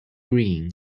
green